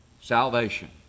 salvation